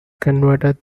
converted